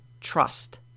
trust